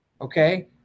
okay